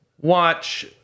watch